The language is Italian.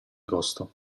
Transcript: costo